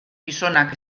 gizonak